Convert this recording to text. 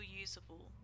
usable